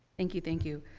thank you, thank you.